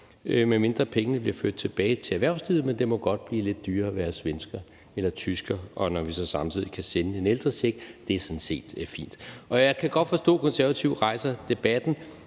medmindre pengene bliver ført tilbage til erhvervslivet, men det må godt blive lidt dyrere at være svensker eller tysker, når vi så samtidig kan sende en ældrecheck. Det er sådan set fint. Jeg kan som sagt godt forstå, at Konservative rejser debatten.